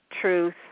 truth